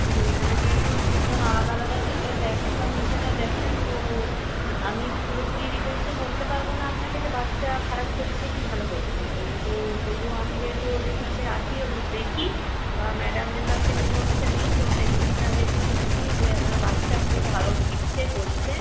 দেখুন এখানে যেহেতু তিনজন আলাদা আলাদা টিচার দেখেন বা মিসেরা দেখেন তো আমি পুরোপুরি ডিটেলসে বলতে পারবো না আপনাকে যে বাচ্চা খারাপ করছে কি ভালো করছে কিন্তু তবু আমি যেহেতু ওদের সাথে আছি ওদের দেখি বা ম্যাডামদের কাছ থেকে ইনফরমেশান নিই তো সেই সূত্রে আমি এটুকু শুনেছি যে আপনার বাচ্চা খুবই ভালো শিখছে করছে